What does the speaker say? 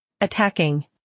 Attacking